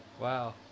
Wow